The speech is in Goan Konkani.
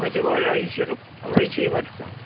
म्हजें वय अयशीं वर्सा